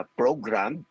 program